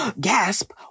gasp